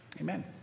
Amen